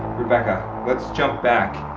rebecca let's jump back